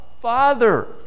Father